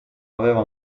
aveva